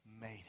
made